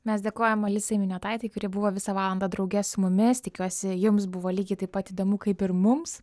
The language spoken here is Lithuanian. mes dėkojam alisai miniotaitei kuri buvo visą valandą drauge su mumis tikiuosi jums buvo lygiai taip pat įdomu kaip ir mums